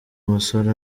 musore